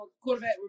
quarterback